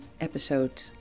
episode